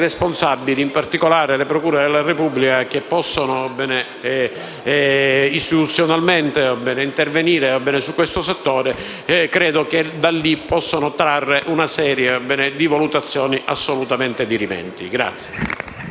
responsabili, in particolare le procure della Repubblica, che possono istituzionalmente intervenire in questo settore, da lì possano trarre una serie di valutazioni assolutamente dirimenti.